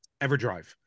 Everdrive